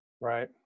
right